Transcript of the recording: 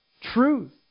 truth